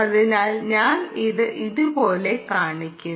അതിനാൽ ഞാൻ ഇത് ഇതുപോലെ കാണിക്കും